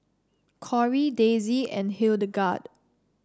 Kory Daisy and Hildegarde